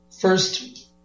first